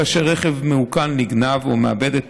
כאשר רכב מעוקל נגנב או הוא מאבד את